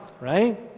right